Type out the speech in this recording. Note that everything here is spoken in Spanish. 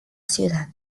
ciudad